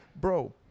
bro